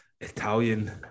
Italian